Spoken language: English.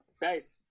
Guys